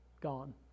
gone